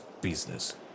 business